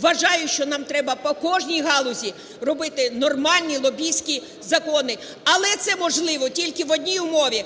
вважаю, що нам треба по кожній галузі робити нормальні лобістські закони. Але це можливо тільки в одній умові.